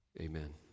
Amen